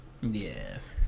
Yes